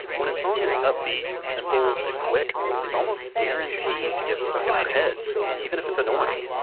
when a song is upbeat, simple, and quick, it's almost guaranteed to get stuck in our heads, even if it's annoying.